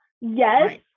yes